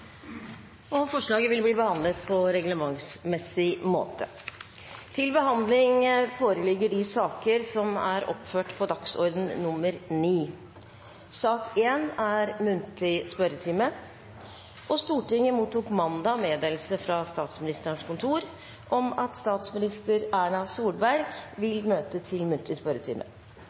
Forslaget vil bli behandlet på reglementsmessig måte. Stortinget mottok mandag meddelelse fra Statsministerens kontor om at statsminister Erna Solberg vil møte til muntlig spørretime. Statsministeren er til stede, og